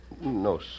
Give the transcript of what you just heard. No